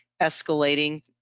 escalating